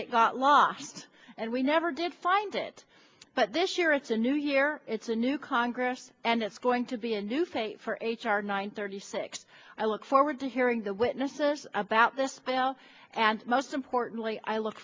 night and we never did find it but this year it's a new year it's a new congress and it's going to be a new face for h r nine thirty six i look forward to hearing the witnesses about this bill and most importantly i look